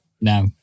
No